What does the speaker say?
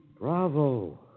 Bravo